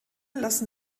lassen